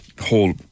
whole